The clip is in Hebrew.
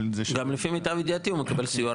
גם לפי מיטב ידיעתי כן הוא מקבל סיוע,